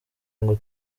ngo